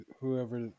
whoever